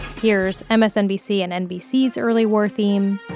here's msnbc and nbc's early war theme